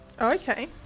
okay